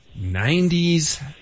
90s